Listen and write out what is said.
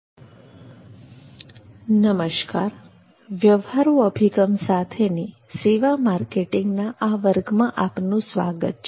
નમસ્કાર વ્યવહારુ અભિગમ સાથેની સેવા માર્કેટિંગના આ વર્ગમાં આપનું સ્વાગત છે